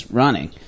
running